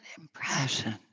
impression